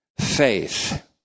faith